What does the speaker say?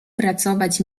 pracować